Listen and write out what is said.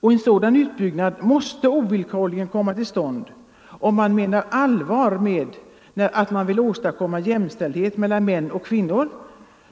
Och en sådan utbyggnad måste ovillkorligen komma till stånd, om man menar allvar med talet om att man vill åstadkomma jämställdhet mellan män och kvinnor,